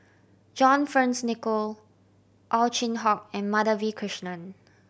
John Fearns Nicoll Ow Chin Hock and Madhavi Krishnan